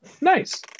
nice